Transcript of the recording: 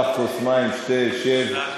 קח כוס מים, שתה, שב.